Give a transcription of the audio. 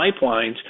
pipelines